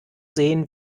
sehen